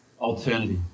alternative